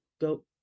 go